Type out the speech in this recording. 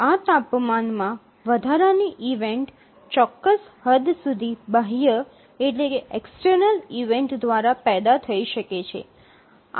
આ તાપમાનમાં વધારાની ઇવેન્ટ ચોક્કસ હદ સુધી બાહ્ય ઇવેન્ટ દ્વારા પેદા થઈ છે